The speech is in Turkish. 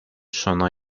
sona